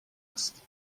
است